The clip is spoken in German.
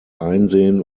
einsehen